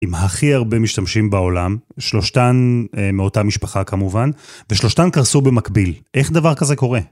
עם הכי הרבה משתמשים בעולם, שלושתן מאותה משפחה כמובן, ושלושתן קרסו במקביל. איך דבר כזה קורה?